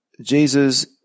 Jesus